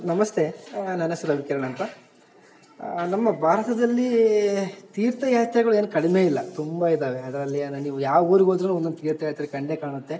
ನಮಸ್ತೆ ನನ್ನ ಹೆಸರು ರವಿಕಿರಣ್ ಅಂತ ನಮ್ಮ ಭಾರತದಲ್ಲೀ ತೀರ್ಥಯಾತ್ರೆಗಳು ಏನು ಕಡಿಮೆಯಿಲ್ಲ ತುಂಬ ಇದಾವೆ ಅದ್ರಲ್ಲಿ ಅದ ನೀವು ಯಾವ ಊರಿಗೆ ಹೊದ್ರು ಒಂದೊಂದು ತೀರ್ಥಯಾತ್ರೆ ಕಂಡೆ ಕಾಣುತ್ತೆ